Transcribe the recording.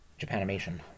Japanimation